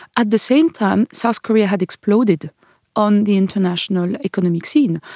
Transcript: at the same time south korea had exploded on the international economic scene.